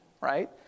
right